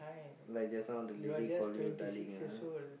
like just now the lady call you darling ah